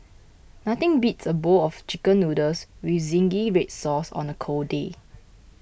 nothing beats a bowl of Chicken Noodles with Zingy Red Sauce on a cold day